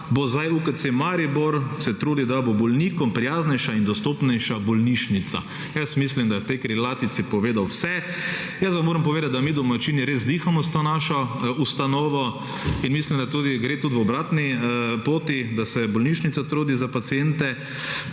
bo zdaj UKC Maribor se trudil, da bo bolnikom prijaznejša in dostopnejša bolnišnica, jaz mislim, da je v tej krilatici povedal vse. Jaz vam moram povedati, da mi domačini res dihamo s to našo ustanovo in mislim, da gre tudi v obratni poti, da se bolnišnica trudi za paciente,